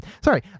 Sorry